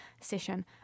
session